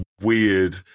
weird